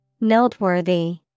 Noteworthy